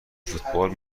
فوتبال